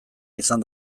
izan